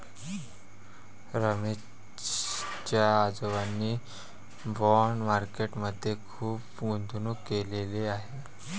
रमेश च्या आजोबांनी bond market मध्ये खुप गुंतवणूक केलेले आहे